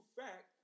fact